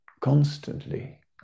constantly